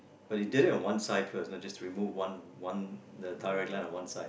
but he did it on one side first just to remove one one the tie on one side